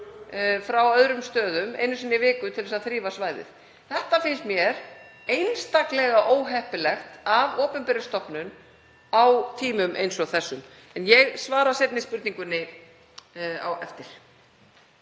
frá öðrum stöðum einu sinni í viku til að þrífa svæðið. Þetta finnst mér (Forseti hringir.) einstaklega óheppilegt af opinberri stofnun á tímum eins og þessum. En ég svara seinni spurningunni á eftir.